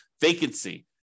vacancy